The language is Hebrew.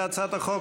להצעת החוק?